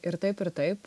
ir taip ir taip